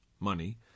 money